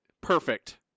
perfect